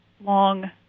long